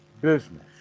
business